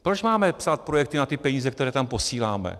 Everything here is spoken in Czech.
Proč máme psát projekty na ty peníze, které tam posíláme?